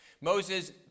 Moses